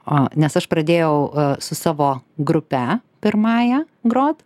o nes aš pradėjau su savo grupe pirmąja grot